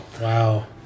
Wow